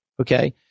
Okay